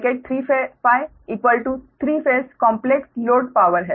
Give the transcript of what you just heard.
जहां Sload3Φ 3 phase complex load power